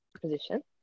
position